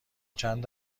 چند